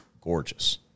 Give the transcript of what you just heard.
gorgeous